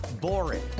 boring